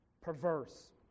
perverse